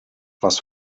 was